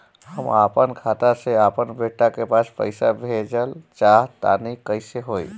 हम आपन खाता से आपन बेटा के पास पईसा भेजल चाह तानि कइसे होई?